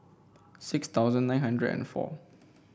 six thousand nine hundred and four